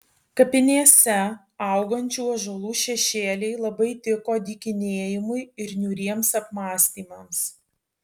kapinėse augančių ąžuolų šešėliai labai tiko dykinėjimui ir niūriems apmąstymams